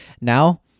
Now